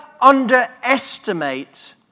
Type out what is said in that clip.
underestimate